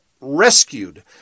rescued